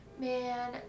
man